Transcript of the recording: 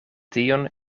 tion